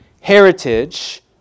heritage